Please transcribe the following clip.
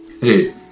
Hey